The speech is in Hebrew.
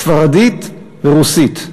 ספרדית ורוסית,